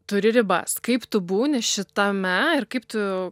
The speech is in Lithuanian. turi ribas kaip tu būni šitame ir kaip tu